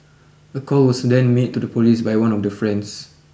a call was then made to the police by one of the friends